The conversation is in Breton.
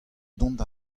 dont